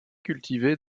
cultivée